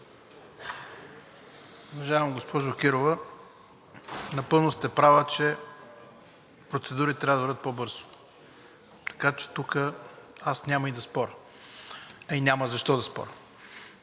Уважаема госпожо Кирова, напълно сте права, че процедурите трябва да вървят по-бързо, така че тук аз няма и да споря, а и няма и защо да споря.